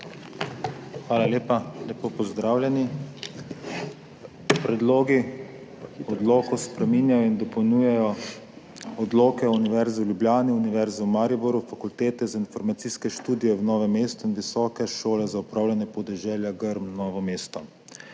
Hvala lepa. Lepo pozdravljeni! Predlogi odlokov spreminjajo in dopolnjujejo odloke Univerze v Ljubljani, Univerze v Mariboru, Fakultete za informacijske študije v Novem mestu in Visoke šole za upravljanje podeželja Grm Novo mesto.